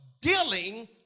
dealing